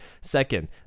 second